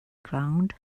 ground